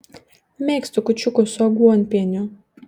mėgstu kūčiukus su aguonpieniu